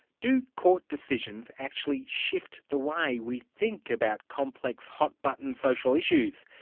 do court decisions actually shift the way we think about complex hot-button social issues?